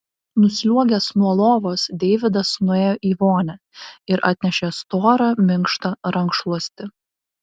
nusliuogęs nuo lovos deividas nuėjo į vonią ir atnešė storą minkštą rankšluostį